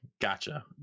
Gotcha